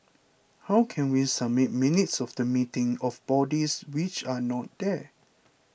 how can we submit minutes of the meeting of bodies which are not there